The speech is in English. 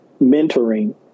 mentoring